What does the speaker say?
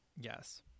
Yes